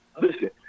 Listen